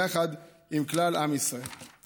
יחד עם כלל עם ישראל.